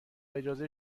اجازه